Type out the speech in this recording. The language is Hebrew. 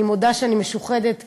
אני מודה שאני משוחדת,